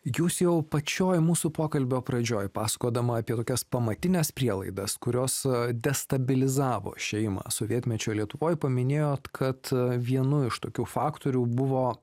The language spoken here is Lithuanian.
jūs jau pačioj mūsų pokalbio pradžioj pasakodama apie tokias pamatines prielaidas kurios destabilizavo šeimą sovietmečio lietuvoj paminėjot kad vienu iš tokių faktorių buvo